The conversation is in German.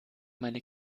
meine